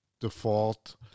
default